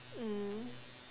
mm